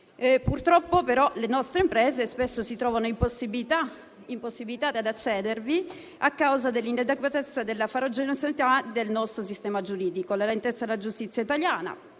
purtroppo però le nostre imprese spesso si trovano impossibilitate ad accedervi a causa dell'inadeguatezza e della farraginosità del nostro sistema giuridico. La lentezza della giustizia italiana,